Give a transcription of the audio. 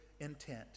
intent